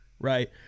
right